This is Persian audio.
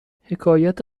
حکایت